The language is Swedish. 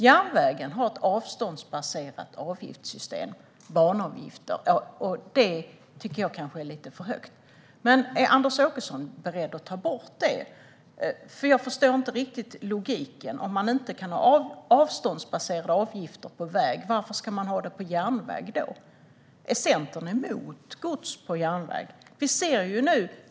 Järnvägen har ett avståndsbaserat avgiftssystem - banavgifter. De tycker jag kanske är lite för höga. Är Anders Åkesson beredd att ta bort detta system? Jag förstår inte riktigt logiken. Om man inte kan ha avståndsbaserade avgifter på väg, varför ska man då ha det på järnväg? Är Centern emot gods på järnväg?